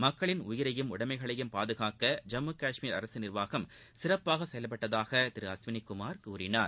மக்களின் உயிரையும் உடமைகளையும் பாதுகாக்க ஜம்முகஷ்மீர் அரசு நிர்வாகம் சிறப்பாக செயல்பட்டதாக திரு அஸ்வினிகுமார் கூறினார்